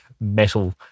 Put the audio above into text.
metal